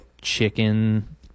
chicken